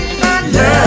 love